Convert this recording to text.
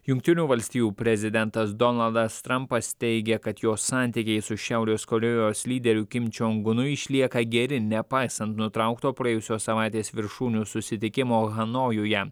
jungtinių valstijų prezidentas donaldas trampas teigia kad jo santykiai su šiaurės korėjos lyderiu kim čiong unu išlieka geri nepaisant nutraukto praėjusios savaitės viršūnių susitikimo hanojuje